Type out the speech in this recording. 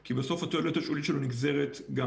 כי בסוף התועלת השולית שלו נגזרת גם